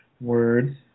Word